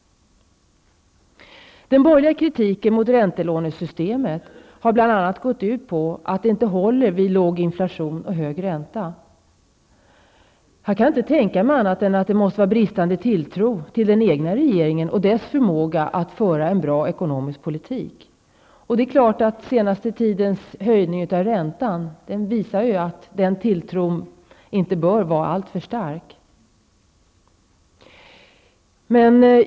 Den borgerliga kritiken mot räntelånesystemet går bl.a. ut på att systemet inte håller vid låg inflation och hög ränta. Jag kan inte tänka mig annat än att det måste vara fråga om en bristande tilltro till den egna regeringen och dess förmåga att föra en bra ekonomisk politik. Höjningen av räntan under den senaste tiden visar helt klart att tilltron till den förda politiken inte kan vara särskilt stor.